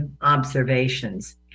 observations